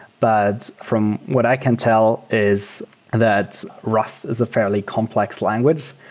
but from what i can tell is that rust is a fairly complex language.